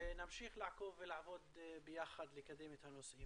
נמשיך לעקוב ולעבוד ביחד לקדם את הנושא.